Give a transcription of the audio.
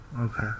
okay